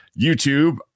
youtube